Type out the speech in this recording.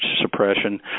suppression